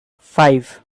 five